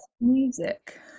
music